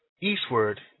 eastward